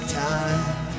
time